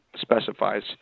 specifies